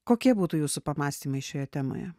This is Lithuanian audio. kokie būtų jūsų pamąstymai šioje temoje